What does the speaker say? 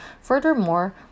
Furthermore